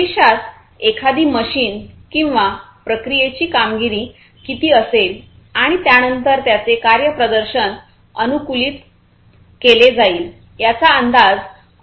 भविष्यात एखादी मशीन किंवा प्रक्रियेची कामगिरी किती असेल आणि त्यानंतर त्याचे कार्यप्रदर्शन अनुकूलित केले जाईल याचा अंदाज अल्गोरिदमने येऊ शकेल